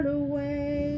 away